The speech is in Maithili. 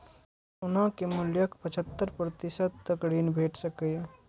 सोना के मूल्यक पचहत्तर प्रतिशत तक ऋण भेट सकैए